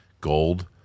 gold